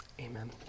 amen